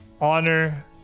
honor